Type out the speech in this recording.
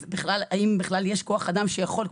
אז האם בכלל יש כוח אדם שיכול לעסוק בזה?